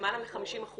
למעלה מ-50%,